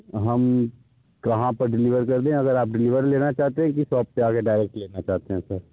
हम कहाँ पर डिलीवर कर दें अगर आप डिलीवरी लेना चाहते हैं कि शॉप पे आकर डायरेक्ट लेना चाहते हैं सर